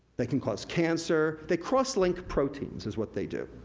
they can cause cancer, they cross link proteins is what they do.